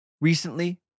recently